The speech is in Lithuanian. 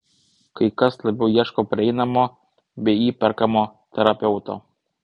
kai kas labiau ieško prieinamo bei įperkamo terapeuto